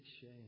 shame